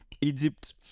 Egypt